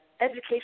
education